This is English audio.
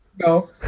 No